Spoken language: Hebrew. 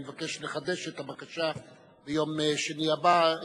אני מבקש לחדש את הבקשה ביום שני הבא,